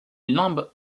limbe